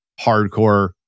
hardcore